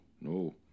no